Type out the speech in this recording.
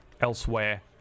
elsewhere